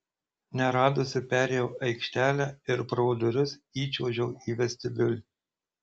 neradusi perėjau aikštelę ir pro duris įčiuožiau į vestibiulį